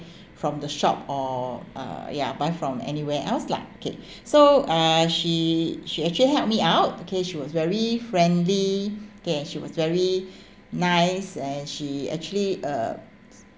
from the shop or uh ya buy from anywhere else lah okay so uh she she actually helped me out okay she was very friendly okay and she was very nice and she actually uh